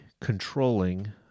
controlling